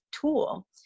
tool